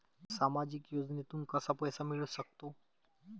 सामाजिक योजनेतून कसा पैसा मिळू सकतो?